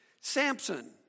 Samson